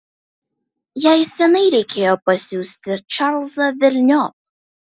jai seniai reikėjo pasiųsti čarlzą velniop